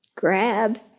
Grab